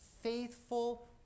faithful